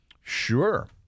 Sure